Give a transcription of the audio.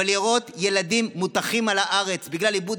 אבל לראות ילדים מוטחים על הארץ בגלל איבוד